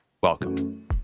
Welcome